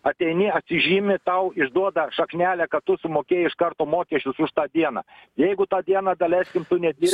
ateini atsižymi tau išduoda šaknelę kad tu sumokėjai iš karto mokesčius už tą dieną jeigu tą dieną daleiskim tu nedir